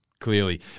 clearly